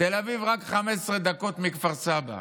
תל אביב רק 15 דקות מכפר סבא.